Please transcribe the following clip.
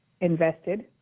invested